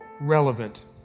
relevant